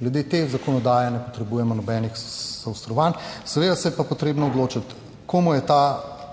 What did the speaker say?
Glede te zakonodaje ne potrebujemo nobenih zaostrovanj, seveda se je pa potrebno odločiti, komu je ta predlog